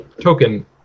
token